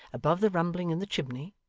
above the rumbling in the chimney,